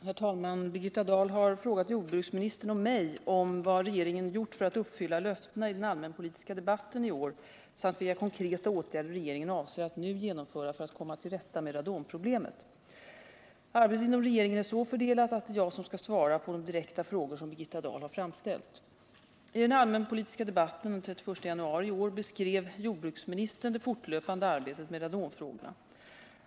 Herr talman! Birgitta Dahl har frågat jordbruksministern och mig om vad regeringen gjort för att uppfylla löftena i den allmänpolitiska debatten i år samt vilka konkreta åtgärder regeringen avser att nu genomföra för att komma till rätta med radonproblemet. Arbetet inom regeringen är så fördelat att det är jag som skall svara på de direkta frågor som Birgitta Dahl har framställt. I den allmänpolitiska debatten den 31 januari i år beskrev jordbruksministern det fortlöpande arbetet med radonfrågorna.